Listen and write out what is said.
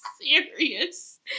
serious